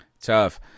Tough